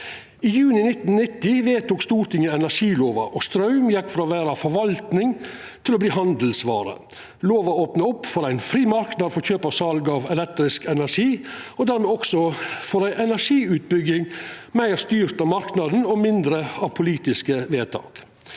I juni 1990 vedtok Stortinget energilova, og straum gjekk frå å vera forvalting til å verta handelsvare. Lova opna for ein fri marknad for kjøp og sal av elektrisk energi, og dermed også for ei energiutbygging meir styrt av marknaden og mindre av politiske vedtak.